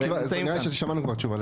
נראה לי שכבר שמענו תשובה לזה.